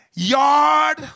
Yard